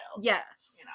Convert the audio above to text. Yes